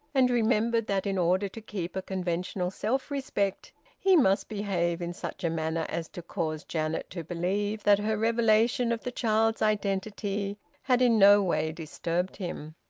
and remembered that in order to keep a conventional self-respect he must behave in such a manner as to cause janet to believe that her revelation of the child's identity had in no way disturbed him.